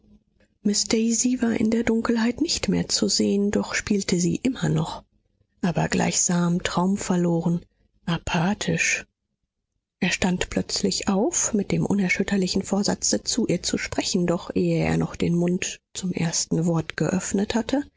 war in der dunkelheit nicht mehr zu sehen doch spielte sie immer noch aber gleichsam traumverloren apathisch er stand plötzlich auf mit dem unerschütterlichen vorsatze zu ihr zu sprechen doch ehe er noch den mund zum ersten wort geöffnet hatte